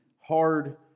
hard